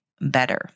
better